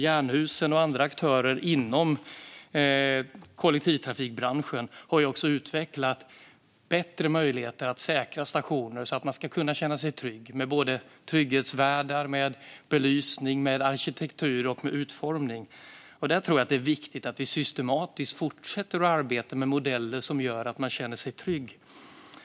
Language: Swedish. Jernhusen och andra aktörer inom kollektivtrafikbranschen har också utvecklat bättre möjligheter att säkra stationer så att man ska kunna känna sig trygg - med trygghetsvärdar, med belysning, med arkitektur och med utformning. Jag tror att det är viktigt att vi systematiskt fortsätter att arbeta med modeller som gör att man känner sig trygg.